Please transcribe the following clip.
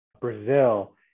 brazil